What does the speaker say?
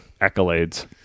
accolades